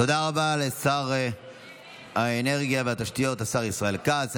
תודה רבה לשר האנרגיה והתשתיות, השר ישראל כץ.